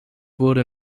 wurde